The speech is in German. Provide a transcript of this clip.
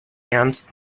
ernst